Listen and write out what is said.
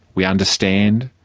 we understand